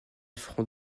front